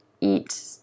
eat